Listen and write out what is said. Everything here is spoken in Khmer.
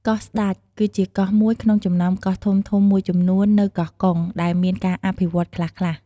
កោះស្តេច គឺជាកោះមួយក្នុងចំណោមកោះធំៗមួយចំនួននៅកោះកុង ដែលមានការអភិវឌ្ឍន៍ខ្លះៗ។